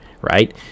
right